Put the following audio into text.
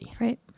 Right